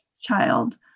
child